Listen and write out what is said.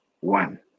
one